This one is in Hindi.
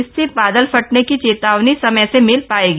इससे बादल फटने की चेतावनी समय से मिल पायेगी